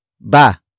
Ba